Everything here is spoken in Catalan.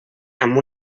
amb